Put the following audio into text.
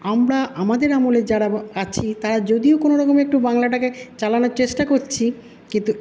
আমরা আমাদের আমলের যারা আছি তারা যদিও কোনোরকমে একটু বাংলাটাকে চালানোর চেষ্টা করছি কিন্তু